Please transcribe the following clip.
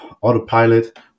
autopilot